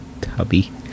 Tubby